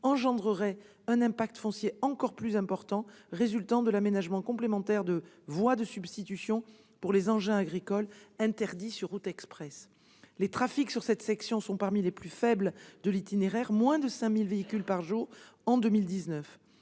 entraînerait un impact foncier encore plus important résultant de l'aménagement complémentaire de voies de substitution pour les engins agricoles interdits sur route express. Les trafics sur cette section sont parmi les plus faibles de l'itinéraire- moins de 5 000 véhicules par jour en 2019.